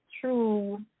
true